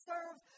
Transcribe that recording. Serve